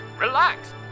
relax